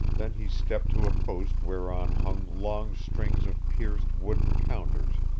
then he stepped to a post whereon hung long strings of pierced wooden counters,